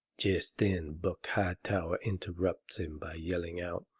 jest then buck hightower interrupts him by yelling out,